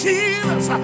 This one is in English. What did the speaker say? Jesus